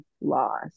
loss